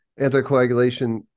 anticoagulation